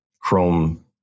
Chrome